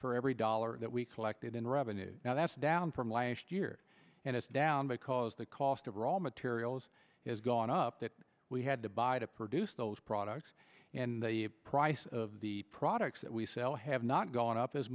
for every dollar that we collected in revenues now that's down from last year and it's down because the cost of raw materials has gone up that we had to buy to produce those products and the price of the products that we sell have not gone up as